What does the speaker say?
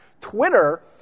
Twitter